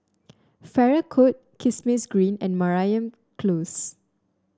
Farrer Court Kismis Green and Mariam Close